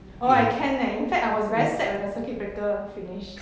orh I can leh in fact I was very sad when the circuit breaker finish